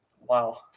Wow